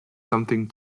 something